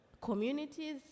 communities